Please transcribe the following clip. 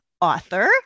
Author